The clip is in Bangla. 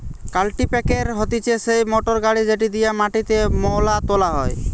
কাল্টিপ্যাকের হতিছে সেই মোটর গাড়ি যেটি দিয়া মাটিতে মোয়লা তোলা হয়